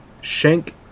Shank